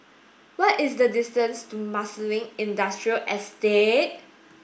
what is the distance to Marsiling Industrial Estate